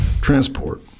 transport